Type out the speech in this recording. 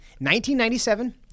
1997